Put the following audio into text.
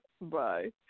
bye